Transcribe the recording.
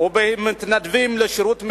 ומתנדבים לשירות מילואים,